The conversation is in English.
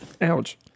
ouch